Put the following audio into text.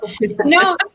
no